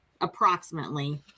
approximately